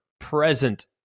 present